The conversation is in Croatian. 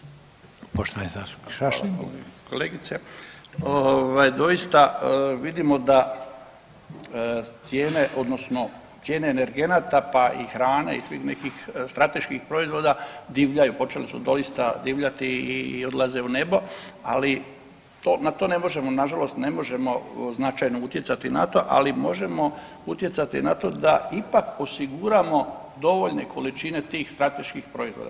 Kolegice ovaj doista vidimo da cijene odnosno cijene energenata pa i hrane i svih nekih strateških proizvoda divljaju, počele su doista divljati i odlaze u nebo, ali to, na to ne možemo nažalost ne možemo značajno utjecati na to, ali možemo utjecati na to da ipak osiguramo dovoljne količine tih strateških proizvoda.